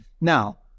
Now